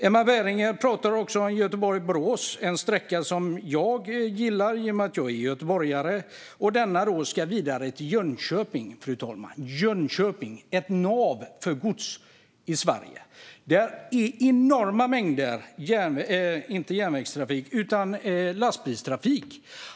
Emma Berginger pratar också om Göteborg-Borås, en sträcka som jag gillar i och med att jag är göteborgare. Och denna ska då vidare till Jönköping, fru talman. Jönköping är ett nav för gods i Sverige. Där går enorma mängder lastbilstrafik.